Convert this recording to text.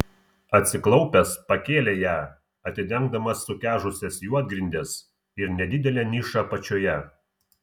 atsiklaupęs pakėlė ją atidengdamas sukežusias juodgrindes ir nedidelę nišą apačioje